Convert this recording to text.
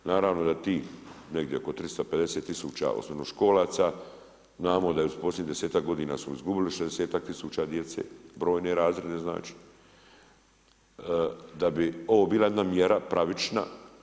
Naravno da tih negdje oko 350000 osnovnoškolaca, znamo da je posljednjih desetak godina smo izgubili 60-ak tisuća djece, brojne razrede znači, da bi ovo bila jedna mjera pravična.